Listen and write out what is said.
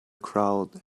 crowd